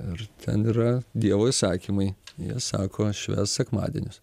ar ten yra dievo įsakymai jie sako švęs sekmadienius